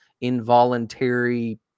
involuntary